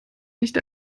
nicht